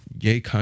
Yay